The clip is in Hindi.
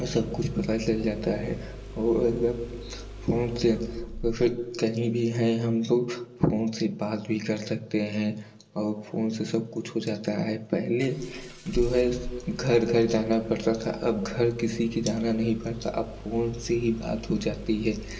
सबकुछ पता चल जाता है वह एकदम फ़ोन से या फ़िर कहीं भी हैं हमको फ़ोन से बात भी कर सकते हैं और फ़ोन से सबकुछ हो जाता है पहले जो है घर घर जाना पड़ता था अब घर किसी की जाना नहीं पड़ता अब फ़ोन से ही बात हो जाती है